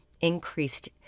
increased